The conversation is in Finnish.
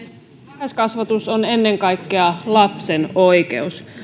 varhaiskasvatus on ennen kaikkea lapsen oikeus